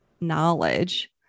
knowledge